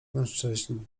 mężczyźni